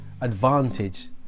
advantage